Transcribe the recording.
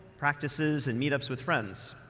practices and meetups with friends.